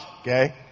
okay